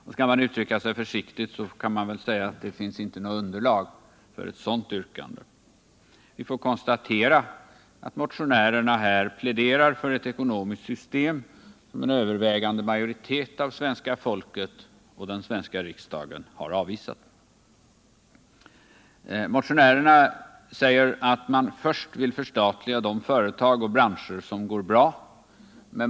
För att uttrycka sig försiktigt kan man väl säga att det inte finns underlag för ett sådant yrkande. Vi får konstatera att motionärerna pläderar för ett ekonomiskt system som en övervägande del av svenska folket och den svenska riksdagen har avvisat. Motionärerna säger att man först skall förstatliga de företag och branscher som går bra.